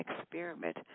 experiment